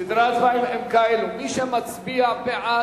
סדרי ההצבעה הם כאלה: מי שמצביע בעד,